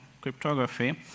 cryptography